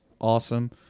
awesome